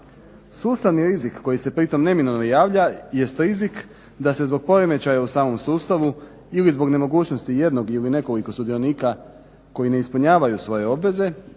Sustavni rizik koji se pritom neminovno javlja jest rizik da se zbog poremećaja u samom sustavu ili zbog nemogućnosti jednog ili nekoliko sudionika koji ne ispunjavaju svoje obveze